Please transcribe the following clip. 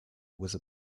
visible